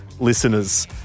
listeners